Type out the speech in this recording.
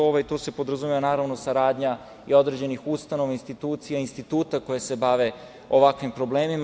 Tu se podrazumeva, naravno, saradnja i određenih ustanova, institucija, instituta koji se bave ovakvim problemima.